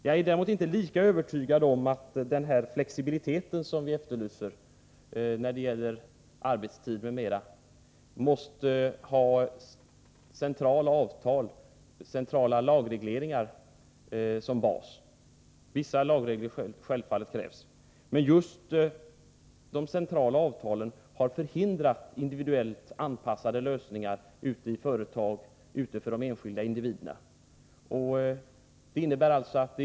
Jag är däremot inte lika övertygad om att det i samband med denna flexibilitet som vi efterlyser när det gäller arbetstid m.m. måste finnas centrala avtal, centrala lagregleringar som bas. Vissa lagregler krävs självfallet, men just de centrala avtalen har förhindrat individuellt anpassade lösningar, för de enskilda individerna, ute i företag.